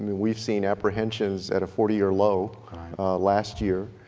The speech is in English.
we've seen apprehensions at a forty year low last year.